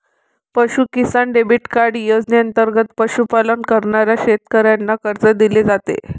पशु किसान credit card योजनेंतर्गत पशुपालन करणाऱ्या शेतकऱ्यांना कर्ज दिले जाते